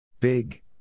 Big